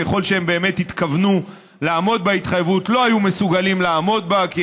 ככל שהם באמת התכוונו לעמוד בהתחייבות,